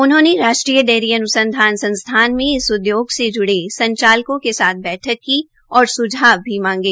उन्होंने राष्ट्रीय अन्संधान संस्थान में इस उद्यो से जुड़े संचालकों के साथ बैठक की और सुझाव भी मांगे